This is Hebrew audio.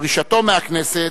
פרישתו מהכנסת,